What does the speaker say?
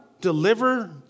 deliver